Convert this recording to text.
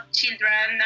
children